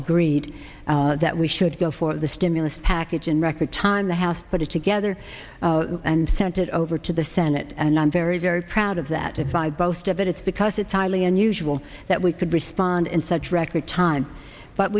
agreed that we should go for the stimulus package in record time the house put it together and sent it over to the senate and i'm very very proud of that divide boast of it it's because it's highly unusual that we could respond in such record time but